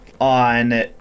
on